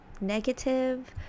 negative